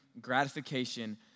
gratification